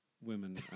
women